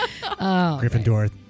Gryffindor